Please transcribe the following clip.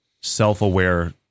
self-aware